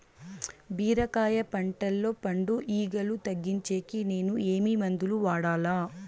బీరకాయ పంటల్లో పండు ఈగలు తగ్గించేకి నేను ఏమి మందులు వాడాలా?